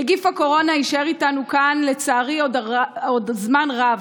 נגיף הקורונה יישאר איתנו כאן, לצערי, עוד זמן רב,